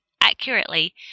accurately